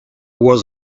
was